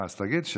אז תגיד.